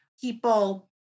people